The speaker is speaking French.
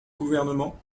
gouvernement